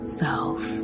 self